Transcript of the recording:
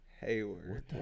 Hayward